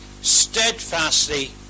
steadfastly